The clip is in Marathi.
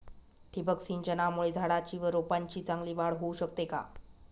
ठिबक सिंचनामुळे झाडाची व रोपांची चांगली वाढ होऊ शकते का?